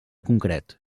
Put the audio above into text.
concret